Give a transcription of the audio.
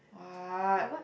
what